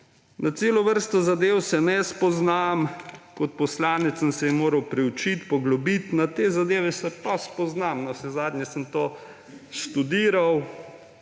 Na celo vrsto zadev se ne spoznam, kot poslanec sem se jih moral priučiti, se poglobiti, na te zadeve se pa spoznam. Navsezadnje sem tudi študiral,